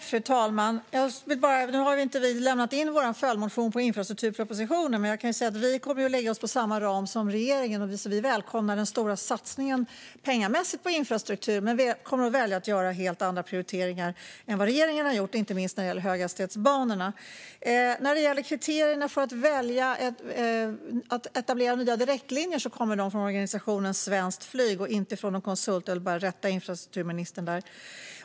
Fru talman! Nu har vi inte lämnat in vår följdmotion till infrastrukturpropositionen, men jag kan säga att vi kommer att lägga oss inom samma ram som regeringen. Vi välkomnar den stora satsningen pengamässigt på infrastruktur, men vi kommer att välja att göra helt andra prioriteringar än vad regeringen har gjort - inte minst när det gäller höghastighetsbanorna. När det gäller kriterierna för att etablera nya direktlinjer kommer de från organisationen Svenskt Flyg och inte från några konsulter. Jag ville bara rätta infrastrukturministern där.